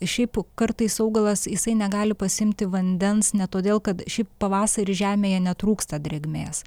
šiaip kartais augalas jisai negali pasiimti vandens ne todėl kad šį pavasarį žemėje netrūksta drėgmės